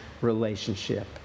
relationship